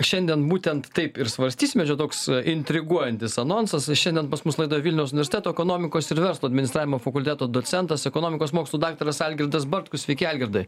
šiandien būtent taip ir svarstysime čia toks intriguojantis anonsas šiandien pas mus laidoj vilniaus universiteto ekonomikos ir verslo administravimo fakulteto docentas ekonomikos mokslų daktaras algirdas bartkus sveiki algirdai